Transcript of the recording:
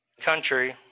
country